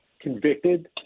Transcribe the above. convicted